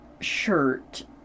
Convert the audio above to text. shirt